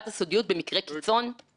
ביחד עם חברי הכנסת שכן ממשיכים: